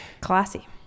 Classy